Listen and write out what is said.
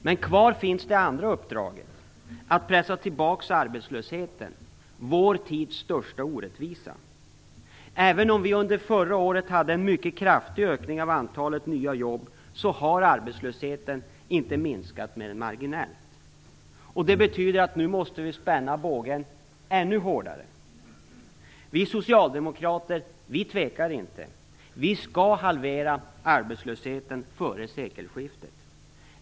Men kvar finns det andra uppdraget - att pressa tillbaks arbetslösheten, vår tids största orättvisa. Även om vi under förra året hade en mycket kraftig ökning av antalet nya jobb, har arbetslösheten inte minskat mer än marginellt. Det betyder att vi nu måste spänna bågen ännu hårdare.